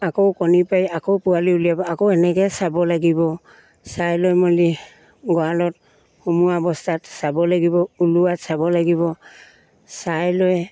আকৌ কণী পাৰি আকৌ পোৱালি উলিয়াব আকৌ এনেকে চাব লাগিব চাই লৈ মেলি গঁৰালত সোমোৱা অৱস্থাত চাব লাগিব ওলোৱাত চাব লাগিব চাই লৈ